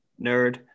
Nerd